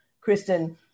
Kristen